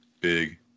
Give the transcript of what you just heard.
Big